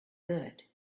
good